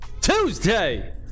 Tuesday